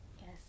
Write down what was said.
yes